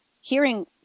hearing